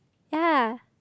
yea